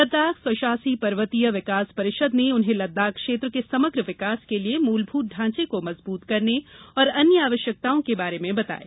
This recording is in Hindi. लद्दाख स्वशासी पर्वतीय विकास परिषद ने उन्हें लद्दाख क्षेत्र के समग्र विकास के लिए मूलभूत ढांचे को मजबूत करने और अन्य आवश्यकताओं के बारे में बताया